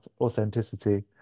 authenticity